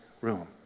room